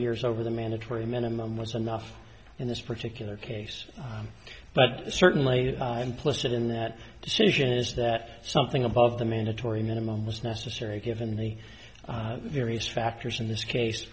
years over the mandatory minimum was enough in this particular case but certainly implicit in that decision is that something above the mandatory minimum was necessary given the various factors in this case